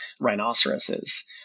rhinoceroses